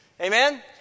Amen